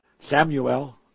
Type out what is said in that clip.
Samuel